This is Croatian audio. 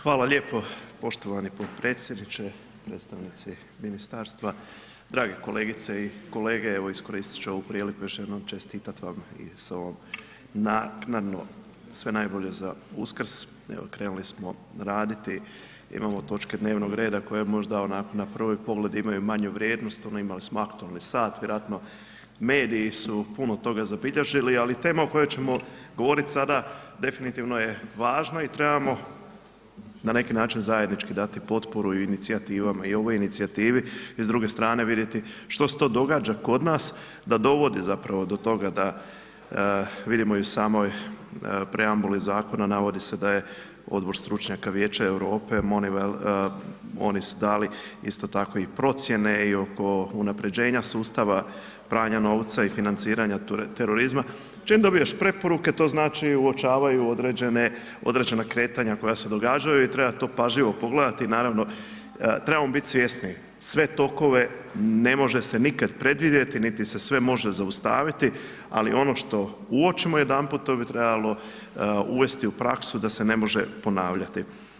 Hvala lijepo poštovani potpredsjedniče, predstavnici ministarstva, drage kolegice i kolege, evo iskoristit ću ovu priliku još jednom čestitat vam i sa ovom naknadno, sve najbolje za Uskrs, evo krenuli smo raditi, imamo točke dnevnog reda koje možda onako na prvi pogled imaju manju vrijednost, onda imali smo aktualni sat, vjerojatno mediji su puno toga zabilježili, ali tema o kojoj ćemo govorit sada definitivno je važna i trebamo na neki način zajednički dati potporu i inicijativama i ovoj inicijativi i s druge strane vidjeti što se to događa kod nas da dovodi zapravo do toga da vidimo i u samoj preambuli zakona navodi se da je odbor stručnjaka Vijeća Europe Monivel, oni su dali isto tako i procjene i oko unaprjeđenja sustava pranja novca i financiranja terorizma, čim dobiješ preporuke, to znači uočavaju određena kretanja koja se događaju i treba to pažljivo pogledati i naravno, trebamo bit svjesni, sve tokove ne može se nikad predvidjeti, niti se sve može zaustaviti, ali ono što uočimo jedanput, to bi trebalo uvesti u praksu da se ne može ponavljati.